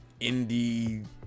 indie